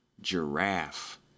Giraffe